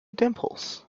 dimples